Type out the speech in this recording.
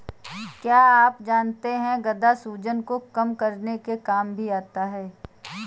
क्या आप जानते है गदा सूजन को कम करने के काम भी आता है?